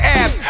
app